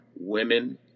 women